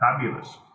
fabulous